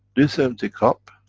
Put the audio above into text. this empty cup,